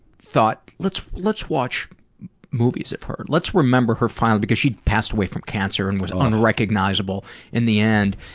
thought, let's, let's watch movies of her. let's remember her fondly. because she passed away from cancer and was unrecognizable in the end.